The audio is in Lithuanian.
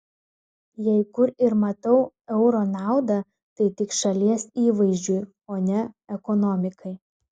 jei kur ir matau euro naudą tai tik šalies įvaizdžiui o ne ekonomikai